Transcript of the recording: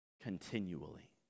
continually